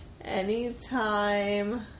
anytime